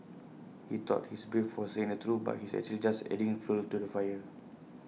he thought he's brave for saying the truth but he's actually just adding fuel to the fire